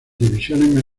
divisiones